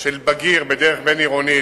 של בגיר בדרך בין-עירונית,